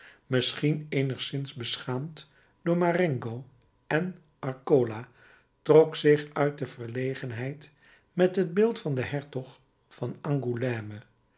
misschien eenigszins beschaamd door marengo en arcola trok zich uit de verlegenheid met het beeld van den hertog van angoulême